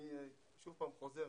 אני שוב פעם חוזר,